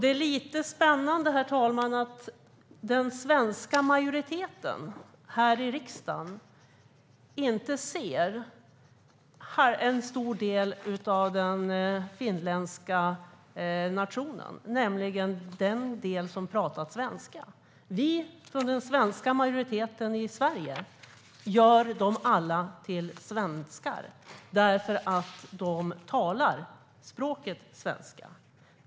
Det är lite spännande att den svenska majoriteten här i riksdagen inte ser en stor del av den finländska nationen, nämligen den del som pratar svenska. Vi från den svenska majoriteten i Sverige gör dem alla till svenskar därför att de talar språket svenska.